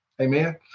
Amen